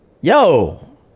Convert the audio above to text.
yo